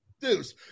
Deuce